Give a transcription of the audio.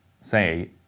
say